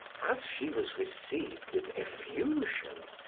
as she was received with effusion,